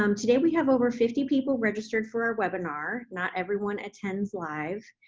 um today we have over fifty people registered for our webinar. not everyone attends live,